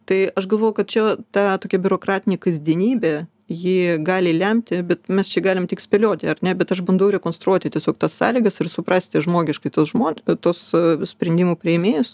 tai aš galvoju kad čia ta tokia biurokratinė kasdienybė ji gali lemti bet mes čia galim tik spėlioti ar ne bet aš bandau rekonstruoti tiesiog tas sąlygas ir suprasti žmogiškai tuos žmon tuos sprendimų priėmėjus